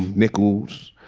nichols,